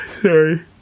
sorry